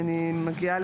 אני מגיעה